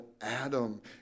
Adam